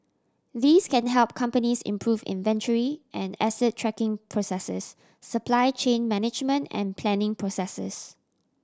these can help companies improve inventory and asset tracking processes supply chain management and planning processes